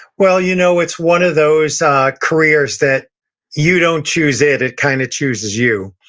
well, you know it's one of those careers that you don't choose it, it kind of chooses you.